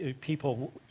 people